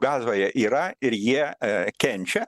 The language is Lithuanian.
gazoje yra ir jie kenčia